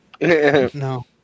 no